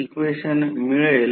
9 o